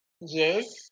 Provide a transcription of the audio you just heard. Yes